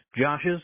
Josh's